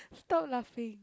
stop laughing